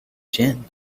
gin